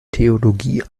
theologie